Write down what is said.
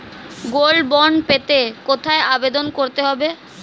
Gold bond পেতে কোথায় আবেদন করতে হবে?